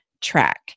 track